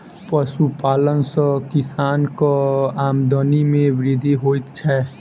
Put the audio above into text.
पशुपालन सॅ किसानक आमदनी मे वृद्धि होइत छै